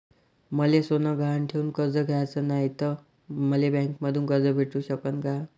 मले सोनं गहान ठेवून कर्ज घ्याचं नाय, त मले बँकेमधून कर्ज भेटू शकन का?